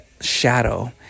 shadow